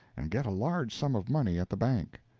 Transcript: and get a large sum of money at the bank.